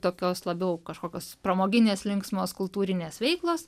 tokios labiau kažkokios pramoginės linksmos kultūrinės veiklos